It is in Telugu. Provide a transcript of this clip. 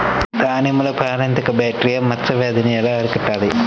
దానిమ్మలో ప్రాణాంతక బ్యాక్టీరియా మచ్చ వ్యాధినీ ఎలా అరికట్టాలి?